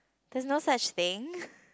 there's no such thing